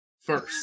first